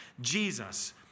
Jesus